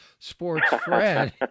Sportsfred